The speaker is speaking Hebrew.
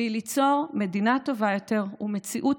והיא ליצור מדינה טובה יותר ומציאות